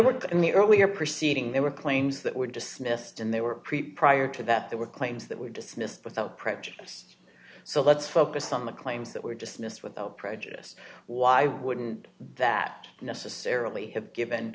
were in the earlier proceeding there were claims that were dismissed and they were prior to that there were claims that were dismissed without prejudice so let's focus on the claims that were dismissed without prejudice why wouldn't that necessarily have given